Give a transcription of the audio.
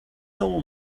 soul